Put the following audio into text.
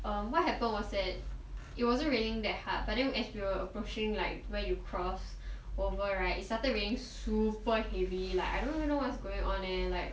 err what happened was that it wasn't raining that hard but then as were approaching like where you cross over right it started raining super heavily like I don't even know what's going on eh like